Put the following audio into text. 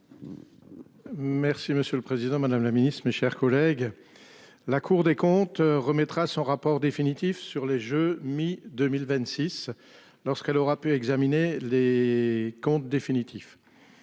Merci, monsieur le Président Madame la Ministre, mes chers collègues. La Cour des comptes remettra son rapport définitif sur les jeux mi-2026 lorsqu'elle aura pu examiner les comptes définitifs.